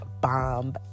bomb